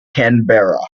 canberra